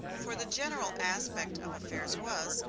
for the general aspect of affairs was,